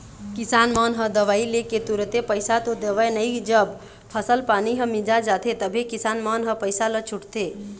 किसान मन ह दवई लेके तुरते पइसा तो देवय नई जब फसल पानी ह मिंजा जाथे तभे किसान मन ह पइसा ल छूटथे